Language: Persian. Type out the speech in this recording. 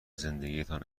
زندگیتان